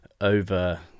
over